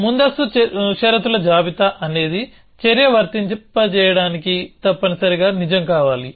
ముందస్తు షరతుల జాబితా అనేది చర్య వర్తించడానికి తప్పనిసరిగా నిజం కావాలి